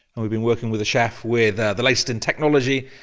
and we've been working with a chef with the latest in technology,